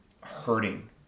hurting